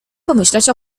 pomyśleć